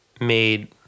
made